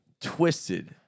Twisted